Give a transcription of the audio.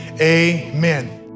amen